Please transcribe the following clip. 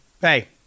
hey